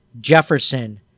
Jefferson